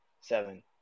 seven